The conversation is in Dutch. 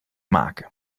maken